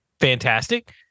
Fantastic